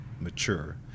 mature